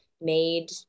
made